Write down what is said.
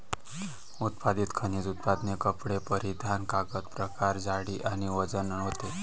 उत्पादित खनिज उत्पादने कपडे परिधान कागद प्रकार जाडी आणि वजन होते